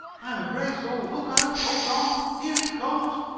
i'm afraid so! look out! hold on! here he comes!